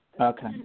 Okay